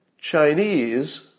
Chinese